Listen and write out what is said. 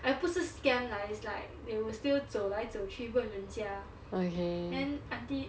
uh 不是 scam lah is like they will still 走来走去问人家 then aunty